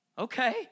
okay